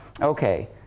Okay